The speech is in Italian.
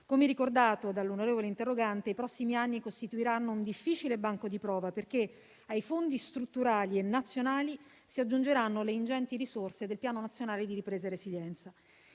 Come ricordato dall'onorevole interrogante, i prossimi anni costituiranno un difficile banco di prova perché ai fondi strutturali e nazionali si aggiungeranno le ingenti risorse del Piano nazionale di ripresa e resilienza.